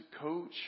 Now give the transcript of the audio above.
coach